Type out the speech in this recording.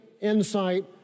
insight